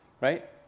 right